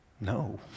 No